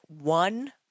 one